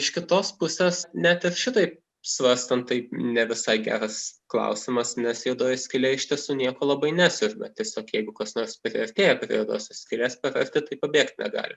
iš kitos pusės net ir šitaip svarstant taip ne visai geras klausimas nes juodoji skylė iš tiesų nieko labai nesiurbia tiesiog jeigu kas nors priartėja prie juodosios skylės per arti tai pabėgt negali